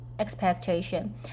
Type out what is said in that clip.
expectation